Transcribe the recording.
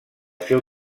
seu